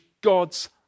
God's